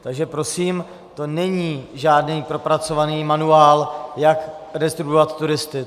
Takže prosím, to není žádný propracovaný manuál, jak redistribuovat turisty.